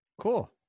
cool